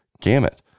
gamut